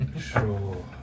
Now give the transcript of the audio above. Sure